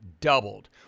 doubled